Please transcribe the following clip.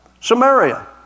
Samaria